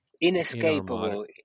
Inescapable